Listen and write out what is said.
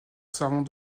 servant